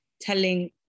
telling